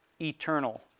eternal